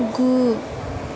गु